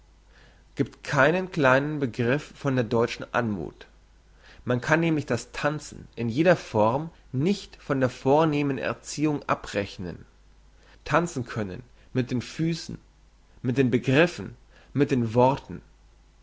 giebt keinen kleinen begriff von der deutschen anmuth man kann nämlich das tanzen in jeder form nicht von der vornehmen erziehung abrechnen tanzen können mit den füssen mit den begriffen mit den worten